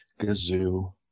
gazoo